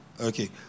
Okay